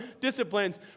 disciplines